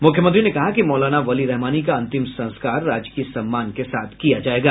मुख्यमंत्री ने कहा कि मौलाना वली रहमानी का अंतिम संस्कार राजकीय सम्मान के साथ किया जायेगा